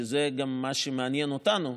שזה גם מה שמעניין אותנו,